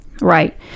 right